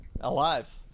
Alive